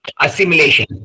assimilation